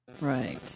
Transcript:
Right